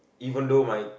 even though my